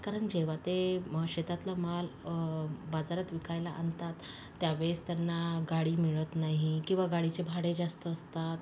कारण जेव्हा ते शेतातला माल बाजारात विकायला आणतात त्यावेळेस त्यांना गाडी मिळत नाही किंवा गाडीचे भाडे जास्त असतात